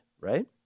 right